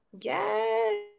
Yes